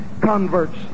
converts